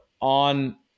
On